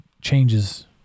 changes